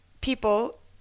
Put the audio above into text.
people